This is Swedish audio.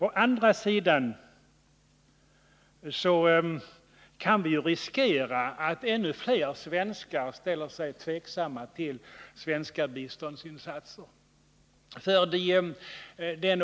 Å andra sidan kan vi riskera att ännu fler svenskar ställer sig tveksamma till svenska biståndsinsatser.